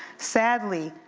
sadly,